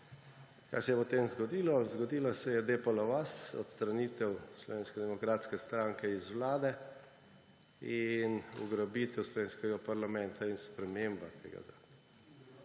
kaj se je potem zgodilo? Zgodila se je Depala vas, odstranitev Slovenske demokratske stranke iz vlade in ugrabitev slovenskega parlamenta in sprememba tega zakona.